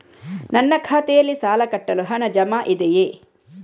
ನನ್ನ ಖಾತೆಯಲ್ಲಿ ಸಾಲ ಕಟ್ಟಲು ಹಣ ಜಮಾ ಇದೆಯೇ?